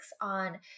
on